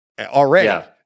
already